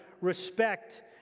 respect